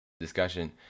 Discussion